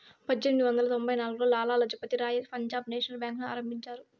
పజ్జేనిమిది వందల తొంభై నాల్గులో లాల లజపతి రాయ్ పంజాబ్ నేషనల్ బేంకుని ఆరంభించారు